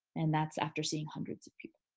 and that's after seeing hundreds of people.